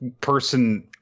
person